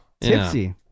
Tipsy